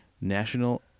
National